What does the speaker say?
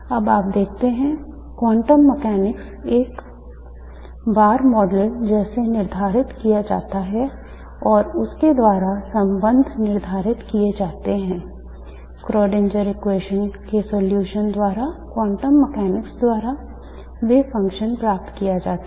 अब आप देखते हैं quantum mechanics और एक बार मॉडल कैसे निर्धारित किया जाता है और इनके द्वारा संबंध निर्धारित किए जाते हैं Schrödinger equation के solution द्वारा quantum mechanics द्वारा wave function प्राप्त किया जाता है